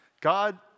God